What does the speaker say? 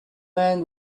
man